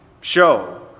show